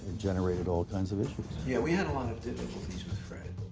generated all kinds of issues. yeah, we had a lot of difficulties with fred.